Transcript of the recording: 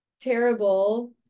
terrible